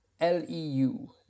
L-E-U